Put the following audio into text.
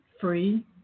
free